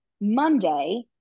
Monday